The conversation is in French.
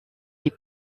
est